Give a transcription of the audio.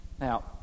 Now